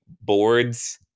boards